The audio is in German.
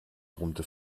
brummte